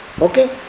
Okay